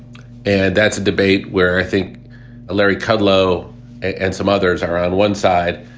and that's a debate where i think larry kudlow and some others are on one side,